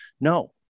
No